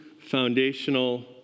foundational